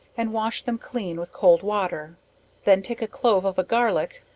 and wash them clean with cold water then take a clove of a garlick,